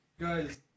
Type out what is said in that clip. guys